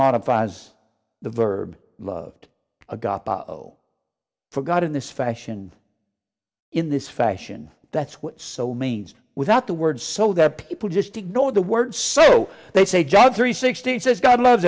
modifies the verb loved a god for god in this fashion in this fashion that's what so means without the words so that people just ignore the words so they say john three sixteen says god loves